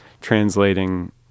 translating